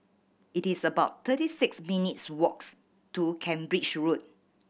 it is about thirty six minutes walks to Cambridge Road